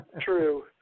True